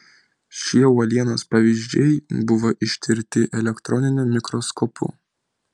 šie uolienos pavyzdžiai buvo ištirti elektroniniu mikroskopu